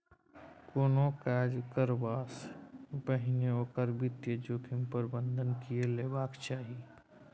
कोनो काज करबासँ पहिने ओकर वित्तीय जोखिम प्रबंधन कए लेबाक चाही